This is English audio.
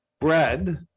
bread